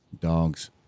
Dogs